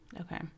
Okay